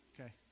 Okay